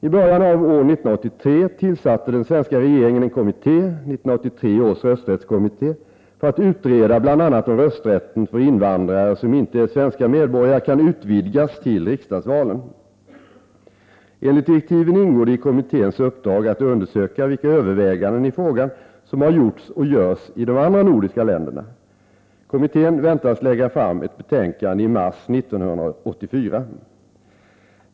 I början av år 1983 tillsatte den svenska regeringen en kommitté, 1983 års rösträttskommitté, för att utreda bl.a. om rösträtten för invandrare som inte är svenska medborgare kan utvidgas till riksdagsvalen. Enligt direktiven ingår det i kommitténs uppdrag att undersöka vilka överväganden i frågan som har gjorts och görs i de andra nordiska länderna. Kommittén väntas lägga fram ett betänkande i mars 1984.